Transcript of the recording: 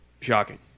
shocking